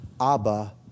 Abba